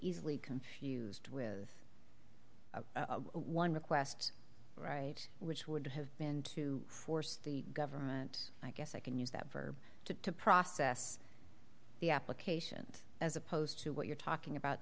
easily confused with one request right which would have been to force the government i guess i can use that for to to process the applications as opposed to what you're talking about